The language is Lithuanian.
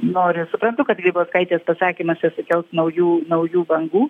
noriu suprantu kad grybauskaitės pasakymas čia sukels naujų naujų bangų